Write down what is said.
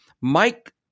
Mike